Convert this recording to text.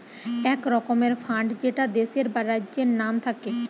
এক রকমের ফান্ড যেটা দেশের বা রাজ্যের নাম থাকে